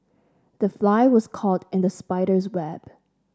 the fly was caught in the spider's web